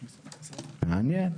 מעניין.